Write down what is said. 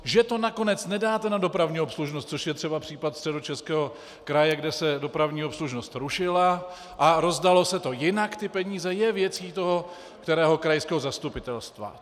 Že to nakonec nedáte na dopravní obslužnost, což je třeba případ Středočeského kraje, kde se dopravní obslužnost rušila a rozdaly se ty peníze jinak, je věcí toho kterého krajského zastupitelstva.